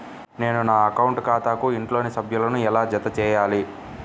నేను నా అకౌంట్ ఖాతాకు ఇంట్లోని సభ్యులను ఎలా జతచేయాలి?